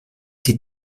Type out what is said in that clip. die